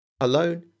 Alone